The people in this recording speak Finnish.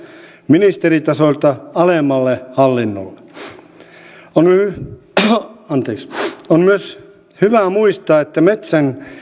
ministeritasolta alemmalle hallinnolle on myös hyvä muistaa että metsän